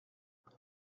vous